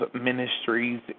Ministries